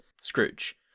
Scrooge